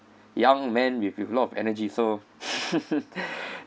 young man with with a lot of energy so